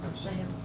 sam.